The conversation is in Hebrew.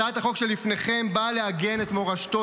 הצעת החוק שלפניכם באה לעגן את מורשתו